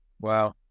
Wow